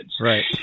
Right